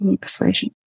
persuasion